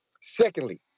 Secondly